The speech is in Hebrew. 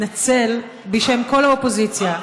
התנצל בשם כל האופוזיציה.